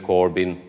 Corbyn